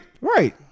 right